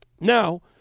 Now